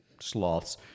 sloths